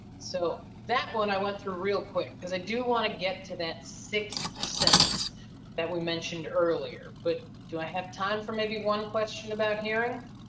so that one i went through real quick cause i do want to get to that sixth sense that we mentioned earlier, but do i have time for maybe one question about hearing?